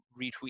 retweet